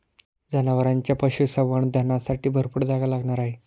जनावरांच्या पशुसंवर्धनासाठी भरपूर जागा लागणार आहे